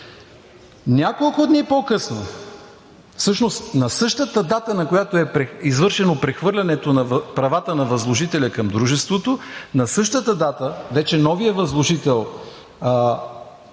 Няколко дни по-късно, всъщност на същата дата, на която е извършено прехвърлянето на правата на възложителя към дружеството – на същата дата, вече новият възложител